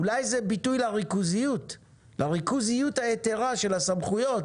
אולי זה ביטוי לריכוזיות היתרה של הסמכויות